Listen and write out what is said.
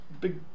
big